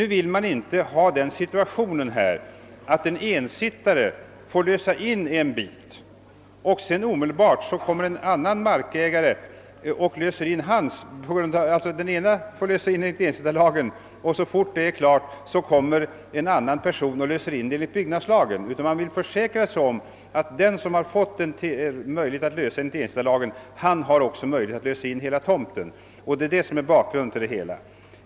Man vill inte ha den situationen att om en ensittare får lösa in en bit det omedelbart kommer en annan markägare och löser in hans tomtdel; den förste löser alliså in enligt ensittarlagen och den andre strax därpå enligt byggnadslagen. Man vill försäkra sig om att den som har fått möjlighet till inlösen enligt ensittarlagen också skall kunna lösa in hela tomten. Det är bakgrunden till det hela.